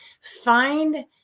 find